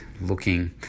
looking